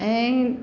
ऐं